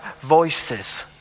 voices